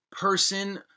person